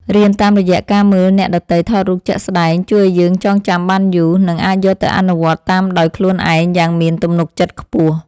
រៀនតាមរយៈការមើលអ្នកដទៃថតរូបជាក់ស្តែងជួយឱ្យយើងចងចាំបានយូរ និង អាចយកទៅអនុវត្តតាមដោយខ្លួនឯងយ៉ាងមានទំនុកចិត្តខ្ពស់។